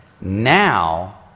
now